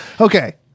Okay